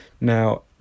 Now